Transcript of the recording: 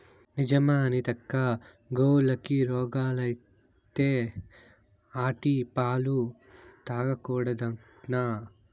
నిజమా అనితక్కా, గోవులకి రోగాలత్తే ఆటి పాలు తాగకూడదట్నా